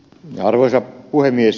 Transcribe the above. arvoisa puhemies